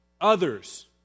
others